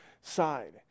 side